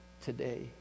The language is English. today